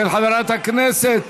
של חברי הכנסת